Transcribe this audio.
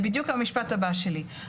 זה בדיוק המשפט הבא שלי,